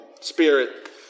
spirit